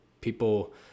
people